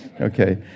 Okay